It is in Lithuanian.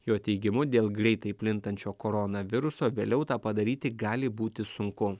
jo teigimu dėl greitai plintančio koronaviruso vėliau tą padaryti gali būti sunku